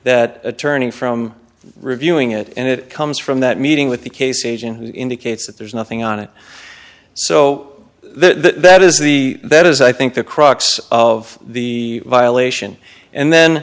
that attorney from reviewing it and it comes from that meeting with the case agent who indicates that there's nothing on it so that that is the that is i think the crux of the violation and then